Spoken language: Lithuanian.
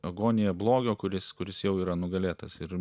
agoniją blogio kuris kuris jau yra nugalėtas ir